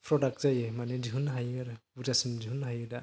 product जायो माने दिहुननो हायो आरो बुरजासिन दिहुननो हायो दा